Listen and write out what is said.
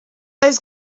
those